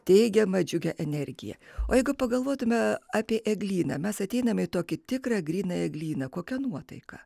teigiamą džiugią energiją o jeigu pagalvotumėme apie eglyną mes ateiname į tokį tikrą gryną eglyną kokią nuotaika